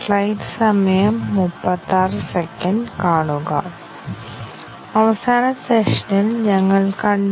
അവയിൽ ഒരു ഡസനോളം സാധ്യതയുള്ള നിരവധി വൈറ്റ് ബോക്സ് ടെസ്റ്റ് തന്ത്രങ്ങളുണ്ട്